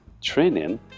training